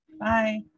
Bye